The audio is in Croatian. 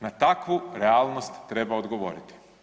Na takvu realnost treba odgovoriti.